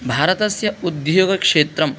भारतस्य उद्योगक्षेत्रम्